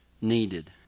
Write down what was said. needed